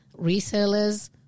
resellers